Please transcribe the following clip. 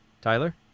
Tyler